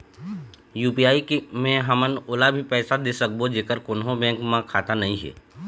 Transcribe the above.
UPI मे हमन ओला भी पैसा दे सकबो जेकर कोन्हो बैंक म खाता नई हे?